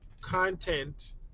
content